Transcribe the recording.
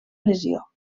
lesió